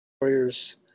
Warriors –